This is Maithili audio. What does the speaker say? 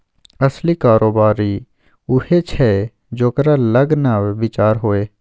असली कारोबारी उएह छै जेकरा लग नब विचार होए